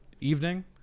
evening